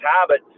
habit